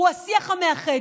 הוא השיח המאחד.